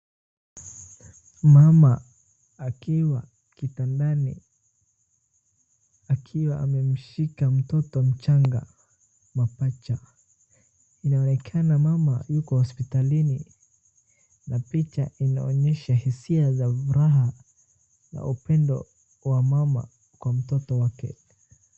Mama akiwa kitandani akiwa amemshika mtoto mchanga mapaja inaonekana mama yuko hospitalini na picha inaonyesha hisia za furaha na upendo wa mama kwa mtoto wake.